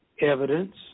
evidence